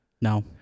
No